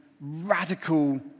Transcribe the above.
radical